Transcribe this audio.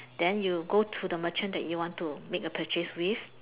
then you go to the merchant that you want to make the purchase with